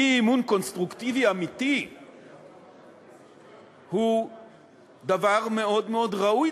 אי-אמון קונסטרוקטיבי אמיתי הוא דבר מאוד מאוד ראוי,